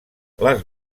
les